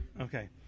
Okay